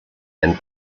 and